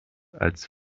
als